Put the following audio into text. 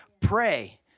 Pray